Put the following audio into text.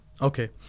Okay